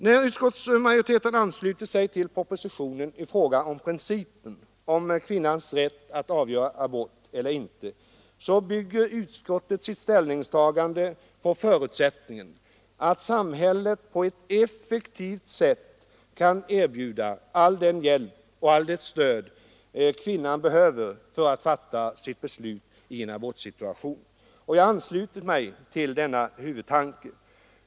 När utskottsmajoriteten anslutit sig till propositionen då det gäller principen om kvinnans rätt att avgöra abort eller inte, bygger utskottet sitt ställningstagande på förutsättningen att samhället på ett effektivt sätt kan erbjuda all den hjälp och allt det stöd kvinnan behöver för att fatta sitt beslut i en abortsituation. Jag har anslutit mig till denna huvudtanke.